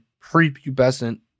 prepubescent